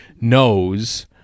knows